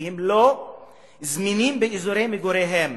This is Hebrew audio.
כי הם לא זמינים באזורי מגוריהם,